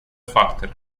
факторы